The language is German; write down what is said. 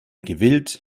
gewillt